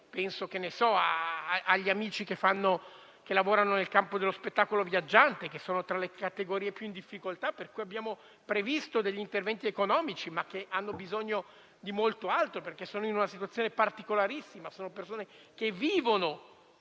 venire. Penso agli amici che lavorano nel campo dello spettacolo viaggiante, che sono tra le categorie più in difficoltà e per i quali abbiamo previsto degli interventi economici, ma che hanno bisogno di molto altro, perché sono in una situazione particolarissima; si tratta infatti di persone che vivono